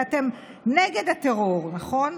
הרי אתם נגד הטרור, נכון?